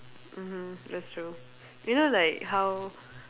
mmhmm that's true you know like how